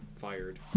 fired